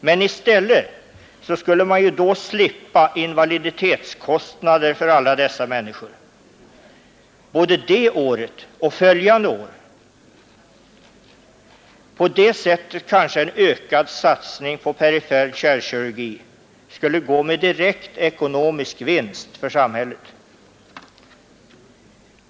Men i stället skulle man då slippa invaliditetskostnader för alla dessa människor både det året och följande år. På det sättet kanske en ökad satsning på perifer kärlkirurgi skulle gå med direkt ekonomisk vinst för samhället.